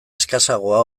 eskasagoa